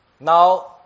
Now